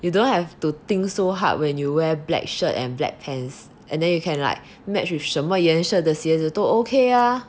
you don't have to think so hard when you wear black shirt and black pants and then you can like match with 什么颜色的鞋子都 okay ah